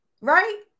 right